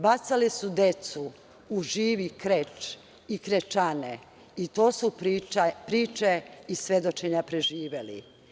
Bacali su decu u živi kreč i krečane i to su priče i svedočenja preživelih.